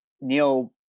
neil